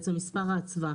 בעצם מס' האצווה.